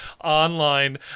online